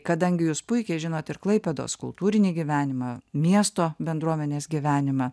kadangi jūs puikiai žinot ir klaipėdos kultūrinį gyvenimą miesto bendruomenės gyvenimą